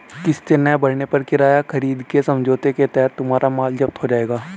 किस्तें ना भरने पर किराया खरीद के समझौते के तहत तुम्हारा माल जप्त हो जाएगा